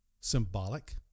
Symbolic